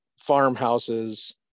farmhouses